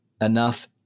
enough